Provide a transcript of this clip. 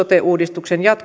ja